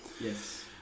Yes